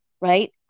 right